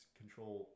control